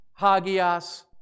Hagias